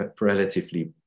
relatively